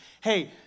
Hey